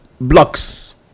blocks